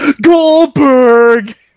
Goldberg